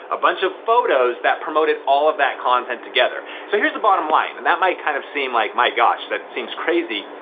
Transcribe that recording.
a bunch of photos that promoted all of that content together. so here's the bottom line, and that might kind of seem like my gosh, that seems crazy.